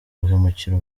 guhemukira